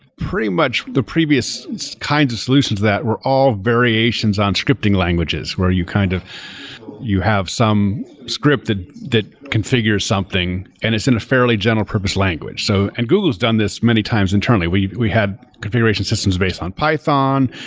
pretty much, the previous kinds of solutions that were all variations on scripting languages where you kind of you have some script that configures something and it's in a fairly general-purpose language, so and google has done this many times internally. we we had configuration systems based on python,